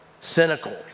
cynical